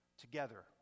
together